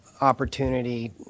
opportunity